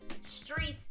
streets